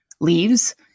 leaves